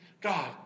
God